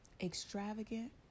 extravagant